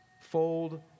fold